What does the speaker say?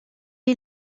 est